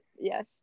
yes